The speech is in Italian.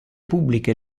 pubbliche